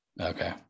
Okay